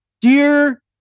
Dear